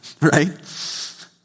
right